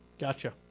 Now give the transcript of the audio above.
gotcha